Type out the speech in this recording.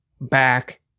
back